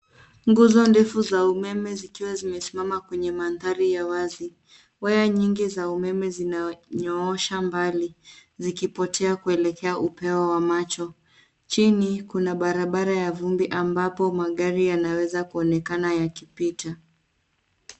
Nguzo ndefu za umeme zikiwa zimesimama kwenye mandhari ya wazi. Waya nyingi za umeme zinanyoosha mbali zikipotea kuelekea upeo wa macho. Chini kuna barabara ya vumbi ambapo magari yanaweza kuonekana yakipita.